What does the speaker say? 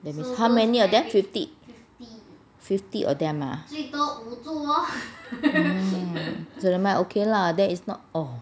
how many of them fifty fifty of them ah solemnisation okay lah then it's not